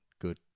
Good